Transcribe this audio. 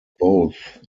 both